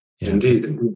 Indeed